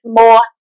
more